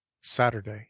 saturday